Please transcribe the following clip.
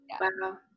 Wow